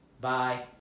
Bye